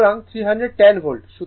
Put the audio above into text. সুতরাং 310 ভোল্ট